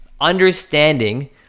understanding